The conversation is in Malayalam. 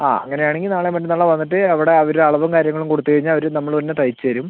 ആ അങ്ങനെ ആണെങ്കിൽ നാളെയോ മറ്റന്നാളോ വന്നിട്ട് അവിടെ അവർ അളവും കാര്യങ്ങളും കൊടുത്ത് കഴിഞ്ഞാൽ അവർ നമ്മൾ തന്നെ തയ്ച്ചു തരും